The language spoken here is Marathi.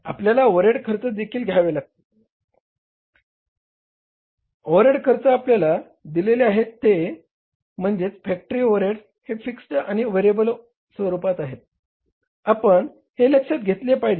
आपल्याला ओव्हरहेड खर्च देखील घ्यावी लागेल ओव्हरहेड खर्च आपल्याला दिलेले आहेत ते म्हणजे फॅक्टरी ओव्हरहेड्स हे फिक्स्ड आणि व्हेरिएबल स्वरूपात आहे तर आपण हे लक्षात घेतले पाहिजे